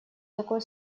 такое